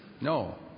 No